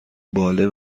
باله